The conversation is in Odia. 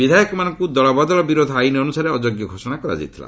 ବିଧାୟକମାନଙ୍କ ଦଳବଦଳ ବିରୋଧି ଆଇନ ଅନ୍ତସାରେ ଅଯୋଗ୍ୟ ଘୋଷଣା କରାଯାଇଥିଲା